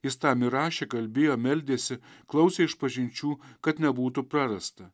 jis tam ir rašė kalbėjo meldėsi klausė išpažinčių kad nebūtų prarasta